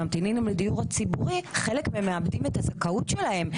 ממתינים לדיור הציבורי חלק מהם מאבדים את הזכאות שלהם,